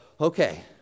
okay